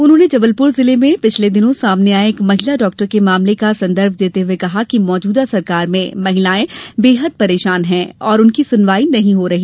उन्होंने जबलपुर जिले में पिछले दिनों सामने आए एक महिला डॉक्टर के मामले का संदर्भ देते हुए कहा कि मौजूदा सरकार में महिलाएं बेहद परेशान हैं और उनकी सुनवाई नहीं हो रही